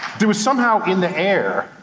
there is somehow in the air,